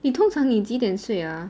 你通常你几点睡 ah